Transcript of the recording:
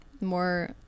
More